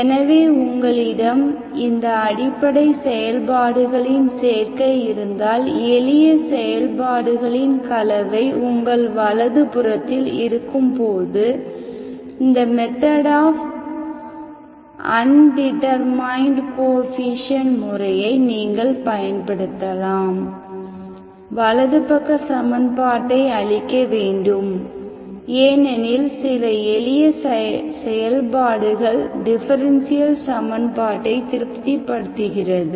எனவே உங்களிடம் இந்த அடிப்படை செயல்பாடுகளின் சேர்க்கை இருந்தால் எளிய செயல்பாடுகளின் கலவை உங்கள் வலது புறத்தில் இருக்கும் போது இந்த மெத்தட் ஆஃப் அண்டிடெர்மைண்ட் கோஎஃபீஷியேன்ட் முறையை நீங்கள் பயன்படுத்தலாம் வலது பக்க சமன்பாட்டை அழிக்க வேண்டும் ஏனெனில் சில எளிய செயல்பாடுகள் டிஃபரென்ஷியல் சமன்பாட்டை திருப்திப்படுத்துகிறது